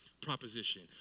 proposition